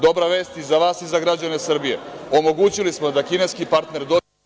Dobra vest i za vas i za građane Srbije, omogućili smo da kineski partner dođe…